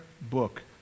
book